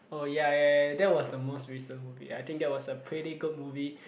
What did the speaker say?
oh ya ya ya that was the most recent movie I think that was a pretty good movie